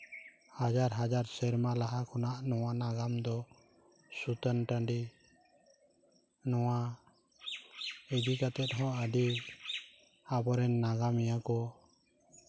ᱦᱟᱡᱟᱨ ᱦᱟᱡᱟᱨ ᱥᱮᱨᱢᱟ ᱞᱟᱦᱟ ᱠᱷᱚᱱᱟᱜ ᱱᱚᱣᱟ ᱱᱟᱜᱟᱢ ᱫᱚ ᱥᱩᱛᱟᱹᱱ ᱴᱟᱺᱰᱤ ᱱᱚᱣᱟ ᱤᱫᱤ ᱠᱟᱛᱮᱫ ᱦᱚᱸ ᱟᱹᱰᱤ ᱟᱵᱚᱨᱮᱱ ᱱᱟᱜᱟᱢᱤᱭᱟᱹ ᱠᱚ